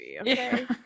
Okay